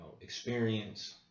experience